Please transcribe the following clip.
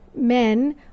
men